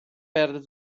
perde